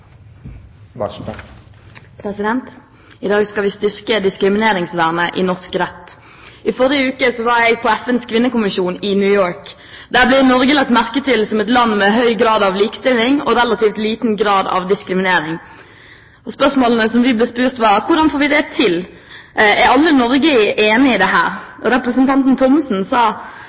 hverandre. I dag skal vi styrke diskrimineringsvernet i norsk rett. I forrige uke var jeg på FNs kvinnekonvensjonsmøte i New York. Der blir Norge lagt merke til som et land med høy grad av likestilling og relativt liten grad av diskriminering. Spørsmålene som vi ble stilt, var: Hvordan får vi det til? Er alle i Norge enig i dette? Representanten Thommessen sa